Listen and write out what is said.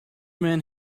men